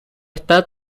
está